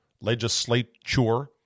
legislature